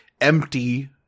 empty